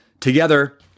Together